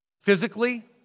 physically